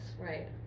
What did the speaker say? right